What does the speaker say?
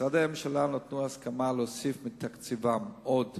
משרדי הממשלה נתנו הסכמה להוסיף מתקציבם עוד